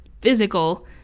physical